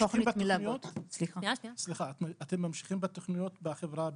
אתם ממשיכים בתוכניות בחברה הבדואית?